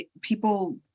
people